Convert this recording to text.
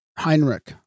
Heinrich